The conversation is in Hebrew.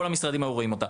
כל המשרדים היו רואים אותה.